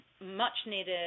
much-needed